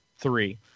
three